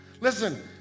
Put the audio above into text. Listen